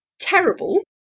terrible